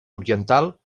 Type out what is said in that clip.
oriental